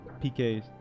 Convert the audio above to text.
PKs